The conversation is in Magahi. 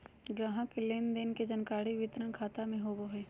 ग्राहक के लेन देन के जानकारी वितरण खाता में होबो हइ